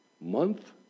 month